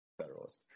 Federalist